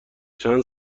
چند